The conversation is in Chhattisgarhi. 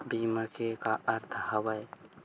बीमा के का अर्थ हवय?